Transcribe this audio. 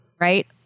Right